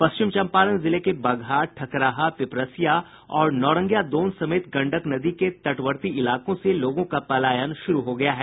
पश्चिम चंपारण जिले के बगहा ठकराहा पिपरसिया और नौरंगिया दोन समेत गंडक नदी के तटवर्ती इलाकों से लोगों का पलायन शुरू हो गया है